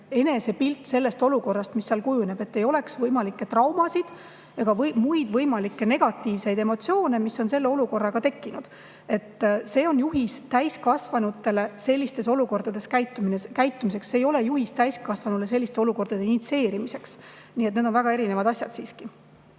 enesepilt selles olukorras, mis seal kujuneb, et ei oleks võimalikke traumasid ega muid võimalikke negatiivseid emotsioone, mis on selle olukorraga tekkinud? See on juhis täiskasvanutele sellistes olukordades käitumiseks, see ei ole juhis täiskasvanule selliste olukordade initsieerimiseks. Need on väga erinevad asjad siiski.